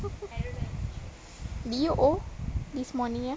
did you owe this morning nya